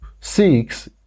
six